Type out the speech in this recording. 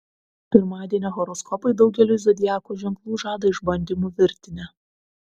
pirmadienio horoskopai daugeliui zodiako ženklų žada išbandymų virtinę